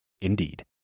Indeed